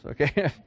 okay